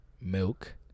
Milk